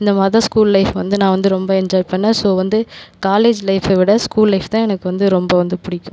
இந்தமாதிரி தான் school life வந்து நான் வந்து ரொம்ப என்ஜாய் பண்ணேன் ஸோ வந்து காலேஜ் லைஃப்பை விட ஸ்கூல் லைஃப் தான் எனக்கு வந்து ரொம்ப வந்து பிடிக்கும்